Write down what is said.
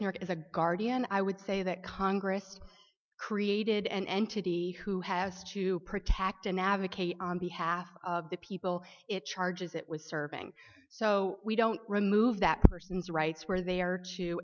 as a guardian i would say that congress created an entity who has to protect and advocate on behalf of the people it charges it with serving so we don't remove that person's rights where they are to